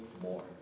more